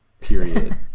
period